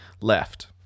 left